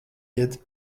iet